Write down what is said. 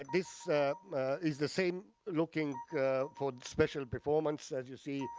ah this is the same looking for the special performance. as you see,